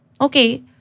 okay